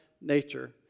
nature